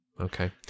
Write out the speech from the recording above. Okay